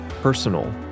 personal